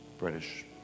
British